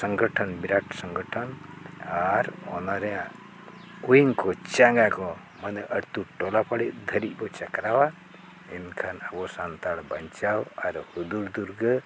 ᱥᱚᱝᱜᱷᱚᱱ ᱵᱤᱨᱟᱴ ᱥᱚᱝᱜᱚᱴᱷᱚᱱ ᱟᱨ ᱚᱱᱟ ᱨᱮᱭᱟᱜ ᱠᱚ ᱪᱟᱸᱜᱟ ᱠᱚ ᱢᱟᱱᱮ ᱟᱛᱳᱼᱴᱚᱞᱟ ᱯᱟᱲᱟ ᱫᱷᱟᱹᱨᱤᱡ ᱵᱚ ᱪᱟᱠᱨᱟᱣᱟ ᱮᱱᱠᱷᱟᱱ ᱟᱵᱚ ᱥᱟᱱᱛᱟᱲ ᱵᱟᱧᱪᱟᱣ ᱟᱨ ᱦᱩᱫᱩᱲ ᱫᱩᱨᱜᱟᱹ